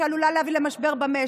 שעלולה להביא למשבר במשק.